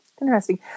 Interesting